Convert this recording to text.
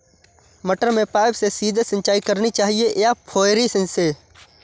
मटर में पाइप से सीधे सिंचाई करनी चाहिए या फुहरी से?